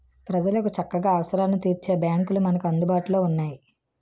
ప్రజలకు చక్కగా అవసరాలను తీర్చే బాంకులు మనకు అందుబాటులో ఉన్నాయి